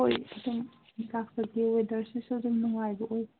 ꯍꯣꯏ ꯑꯗꯨꯝ ꯋꯦꯗꯔꯁꯤꯁꯨ ꯑꯗꯨꯝ ꯅꯨꯡꯉꯥꯏꯕ ꯑꯣꯏ